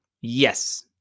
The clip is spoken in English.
Yes